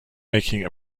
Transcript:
making